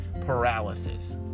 paralysis